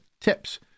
tips